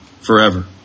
forever